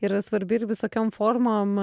yra svarbi ir visokiom formom